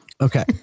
Okay